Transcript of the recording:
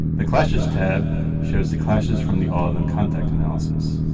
the clashes tab shows the clashes from the all atom contact analysis.